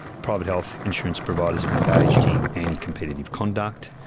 private health insurance providers have engaged in anti-competitive conduct,